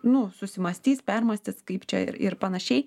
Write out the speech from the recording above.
nu susimąstys permąstys kaip čia ir ir panašiai